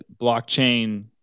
blockchain